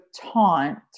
taunt